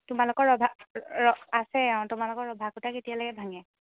তোমলোকৰ ৰভা আছে অঁ তোমালোকৰ ৰভা খুটা কেতিয়ালেকে ভাঙে